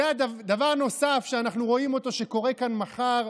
ודבר נוסף שאנחנו רואים שקורה כאן מחר,